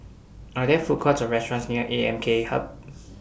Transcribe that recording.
Are There Food Courts Or restaurants near A M K Hub